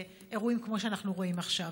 אירועים כמו שאנחנו רואים עכשיו.